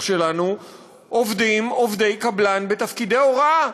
שלנו עובדים עובדי קבלן בתפקידי הוראה.